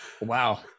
Wow